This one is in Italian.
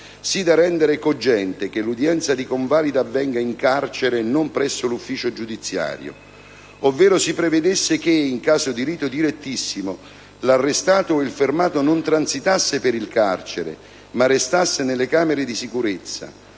sì da rendere cogente che l'udienza di convalida avvenga in carcere e non presso l'ufficio giudiziario, ovvero si prevedesse che in caso di rito direttissimo l'arrestato o il fermato non transiti per il carcere ma resti nelle camere di sicurezza,